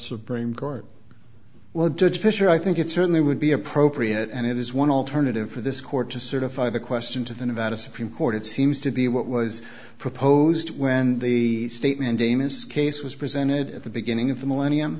supreme court would judge fisher i think it certainly would be appropriate and it is one alternative for this court to certify the question to the nevada supreme court it seems to be what was proposed when the statement dana's case was presented at the beginning of the millennium